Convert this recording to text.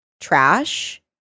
trash